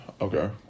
okay